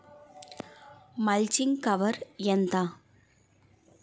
Mulching cover ఎంత?